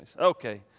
okay